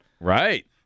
Right